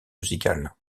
musical